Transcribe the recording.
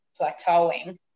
plateauing